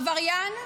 עבריין,